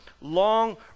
long